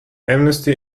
amnesty